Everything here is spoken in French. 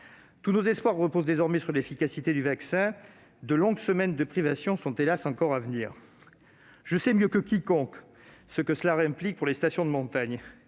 Tous nos espoirs reposent désormais sur l'efficacité du vaccin. De longues semaines de privations sont, hélas, encore à venir. Je sais mieux que quiconque ce que cela implique pour les stations de montagne.